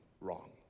wrong